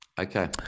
Okay